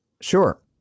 Sure